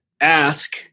ask